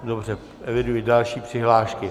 Dobře, eviduji další přihlášky.